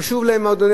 חשוב להם מאוד,